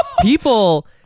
people